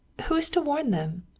who is to warn them?